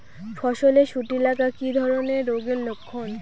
ফসলে শুটি লাগা কি ধরনের রোগের লক্ষণ?